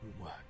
work